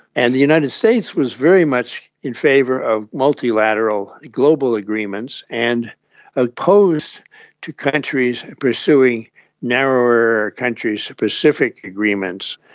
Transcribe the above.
and the united states was very much in favour of multilateral global agreements and opposed to countries pursuing narrower country-specific agreements,